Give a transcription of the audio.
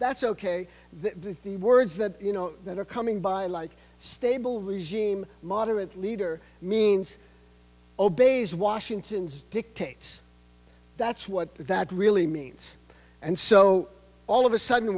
that's ok the words that you know that are coming by like stable regime moderate leader means obeys washington's dictates that's what that really means and so all of a sudden